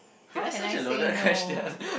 how can I say no